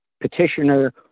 petitioner